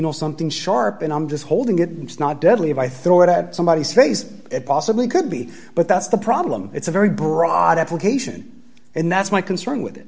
know something sharp and i'm just holding it it's not deadly if i thought i had somebody space it possibly could be but that's the problem it's a very broad application and that's my concern with it